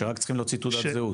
שרק צריכים להוציא תעודת זהות.